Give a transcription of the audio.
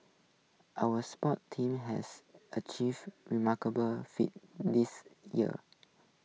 our sports teams has achieved remarkable feats this year